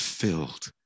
filled